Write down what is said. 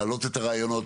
להעלות את הרעיונות,